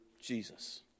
Jesus